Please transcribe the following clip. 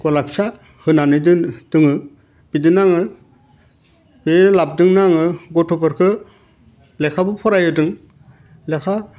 गला फिसा होनानै दोन दोङो बेदोंनो आङो बे लाबदोंनो आङो गथ'फोरखो लेखाबो फरायहोदों लेेखा